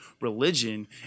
religion